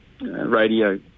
Radio